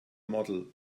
model